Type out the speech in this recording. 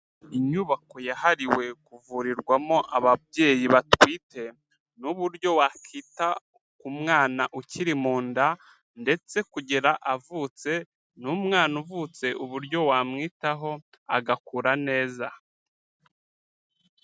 Inyubako yahariwe kuvurirwamo ababyeyi batwite n'uburyo wakita ku mwana ukiri mu nda ndetse kugera avutse n'umwana uvutse uburyo wamwitaho agakura neza.